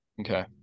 Okay